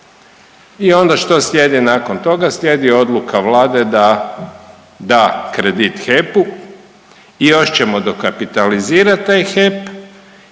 i onda što slijedi nakon toga? Slijedi odluka Vlade da da kredit HEP-u i još ćemo dokapitalizirat taj HEP